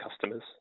customers